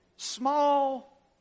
small